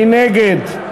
מי נגד?